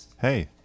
hey